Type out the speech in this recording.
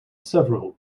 several